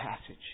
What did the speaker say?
passage